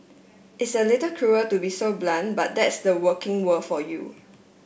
it's a little cruel to be so blunt but that's the working world for you